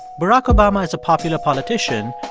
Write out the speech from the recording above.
barack obama is a popular politician,